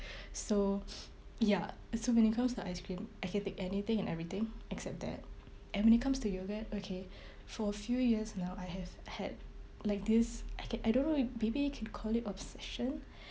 so ya so when it comes to ice cream I can take anything and everything except that and when it comes to yogurt okay for a few years now I have had like this I can I don't know maybe you can call it obsession